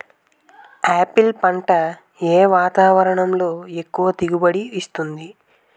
Apple పంట ఏ వాతావరణంలో ఎక్కువ దిగుబడి ఇస్తుంది?